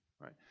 right